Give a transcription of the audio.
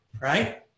Right